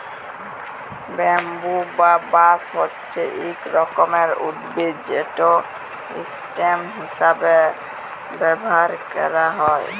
bamboo বা বাঁশ হছে ইক রকমের উদ্ভিদ যেট ইসটেম হিঁসাবে ব্যাভার ক্যারা হ্যয়